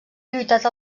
lluitat